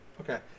Okay